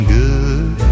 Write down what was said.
good